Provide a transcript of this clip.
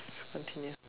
continue